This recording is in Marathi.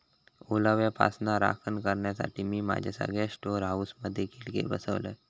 ओलाव्यापासना राखण करण्यासाठी, मी माझ्या सगळ्या स्टोअर हाऊसमधे खिडके बसवलय